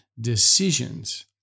decisions